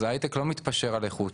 אז ההייטק לא מתפשר על איכות